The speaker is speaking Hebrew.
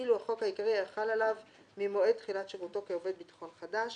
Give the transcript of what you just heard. אילו החוק העיקרי היה חל עליו ממועד תחילת שירותו כעובד ביטחון חדש,